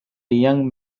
young